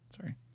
sorry